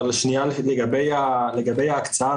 לגבי ההקצאה,